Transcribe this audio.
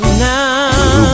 now